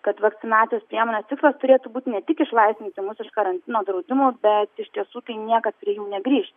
kad vakcinacijos priemonės tikslas turėtų būti ne tik išlaisvinti mus iš karantino draudimų bet iš tiesų tai niekad prie jų negrįžti